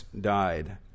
died